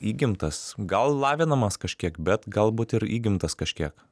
įgimtas gal lavinamas kažkiek bet galbūt ir įgimtas kažkiek